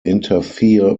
interfere